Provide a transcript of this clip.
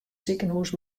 sikehús